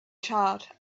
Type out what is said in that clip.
charred